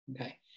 okay